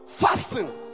Fasting